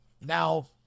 Now